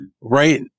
right